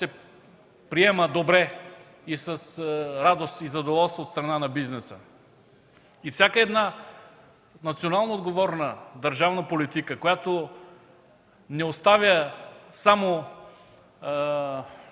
приема добре, с радост и задоволство от бизнеса. Всяка национално отговорна държавна политика, която не оставя да